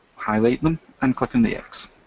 highlight them and click on the x.